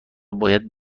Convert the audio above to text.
باید